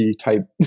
type